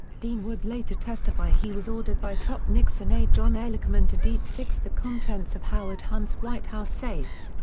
dean would later testify he was ordered by top nixon aide john ehrlichman to deep six the contents of howard hunt's white house safe.